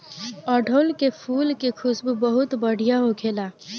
अढ़ऊल के फुल के खुशबू बहुत बढ़िया होखेला